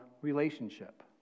relationship